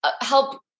help